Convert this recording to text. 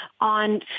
on